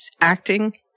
acting